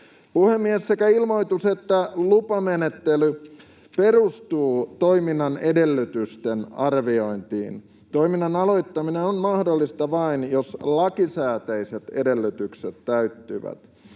Puhemies! Sekä ilmoitus- että lupamenettely perustuvat toiminnan edellytysten arviointiin. Toiminnan aloittaminen on mahdollista vain jos lakisääteiset edellytykset täyttyvät.